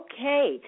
Okay